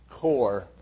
core